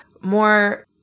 more